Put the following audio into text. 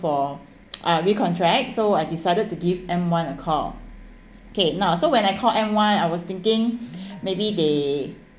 for uh recontract so I decided to give M one a call okay now so when I call M one I was thinking maybe they